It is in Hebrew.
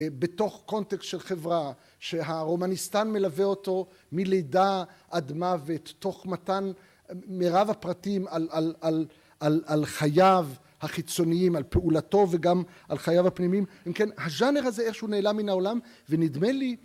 בתוך קונטקסט של חברה שהרומניסטן מלווה אותו מלידה עד מוות תוך מתן מרב הפרטים על חייו החיצוניים על פעולתו וגם על חייו הפנימיים אם כן הז'אנר הזה איכשהו נעלם מן העולם ונדמה לי